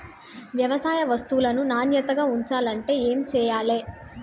వ్యవసాయ వస్తువులను నాణ్యతగా ఉంచాలంటే ఏమి చెయ్యాలే?